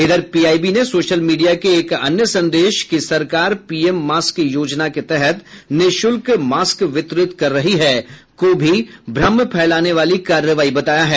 इधर पीआईबी ने social media के एक अन्य संदेश कि सरकार पीएम मास्क योजना के तहत निःशुल्क मास्क वितरित कर रही है को भी भ्रम फैलाने वाली कार्रवाई बताया है